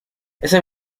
ese